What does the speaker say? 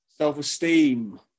Self-esteem